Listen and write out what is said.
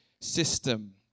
system